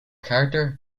character